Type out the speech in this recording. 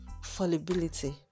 fallibility